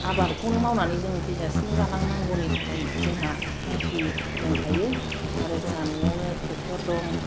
आबादखौनो मावनानै जों थैजासिम जालांनायनि थाखाय जोंहा थांखि दंखायो आरो जोंहा न'आवनो ट्रेक्टर दं